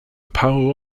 power